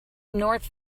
north